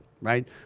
Right